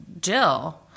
Jill